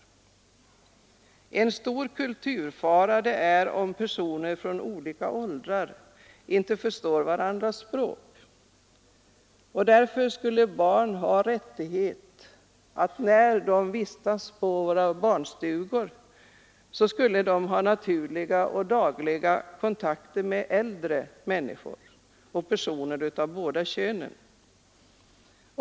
Det är en stor kulturfara om personer från olika åldrar inte förstår varandras språk. Därför skulle barn, när de vistas på våra barnstugor, ha rätt till naturliga dagliga kontakter med äldre människor och personer av båda könen.